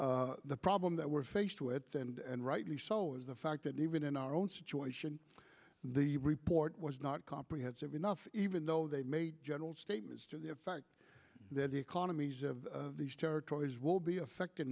norio the problem that we're faced with and rightly so is the fact that even in our own situation the report was not comprehensive enough even though they made general statements to the effect that the economies of these territories would be affected